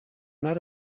not